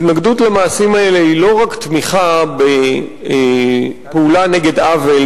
התנגדות למעשים האלה היא לא רק תמיכה בפעולה נגד עוול,